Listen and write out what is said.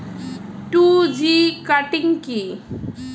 Two G cutting কি?